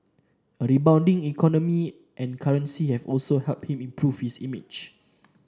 a rebounding economy and currency have also helped him improve his image